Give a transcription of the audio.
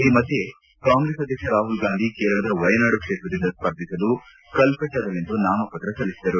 ಈ ಮಧ್ಯೆ ಕಾಂಗ್ರೆಸ್ ಅಧ್ಯಕ್ಷ ರಾಹುಲ್ ಗಾಂಧಿ ಕೇರಳದ ವಯನಾಡು ಕ್ಷೇತ್ರದಿಂದ ಸ್ಪರ್ಧಿಸಲು ಕಲ್ಪಿಚ್ಟಾದಲ್ಲಿಂದು ನಾಮಪತ್ರ ಸಲ್ಲಿಸಿದರು